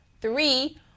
Three